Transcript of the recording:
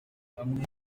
kuri